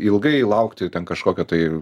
ilgai laukti ten kažkokio tai